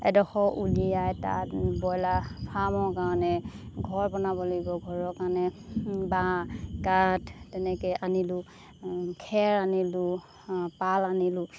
এডোখৰ উলিয়াই তাত ব্ৰইলাৰ ফাৰ্মৰ কাৰণে ঘৰ বনাব লাগিব ঘৰৰ কাৰণে বাঁহ কাঠ তেনেকৈ আনিলোঁ খেৰ আনিলোঁ পাল আনিলোঁ